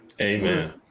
Amen